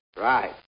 Right